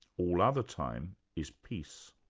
all other time is peace.